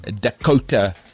Dakota